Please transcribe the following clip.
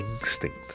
instinct